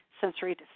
sensory